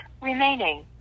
remaining